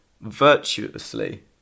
virtuously